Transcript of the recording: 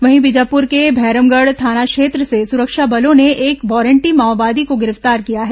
वहीं बीजापुर के भैरमगढ़ थाना क्षेत्र से सुरक्षा बलों ने एक वारंटी माओवादी को गिरफ्तार किया है